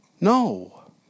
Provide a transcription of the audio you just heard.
No